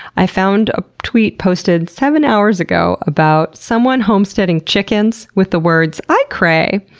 i found a tweet posted seven hours ago about someone homesteading chickens with the words i cray.